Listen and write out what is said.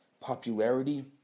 popularity